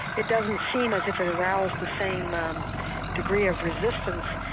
it doesn't seem as if it aroused the same um degree of resistance.